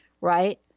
right